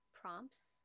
prompts